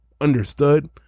understood